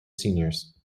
seniors